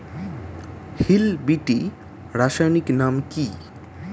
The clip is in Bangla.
হিল বিটি রাসায়নিক নাম কি?